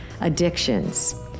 addictions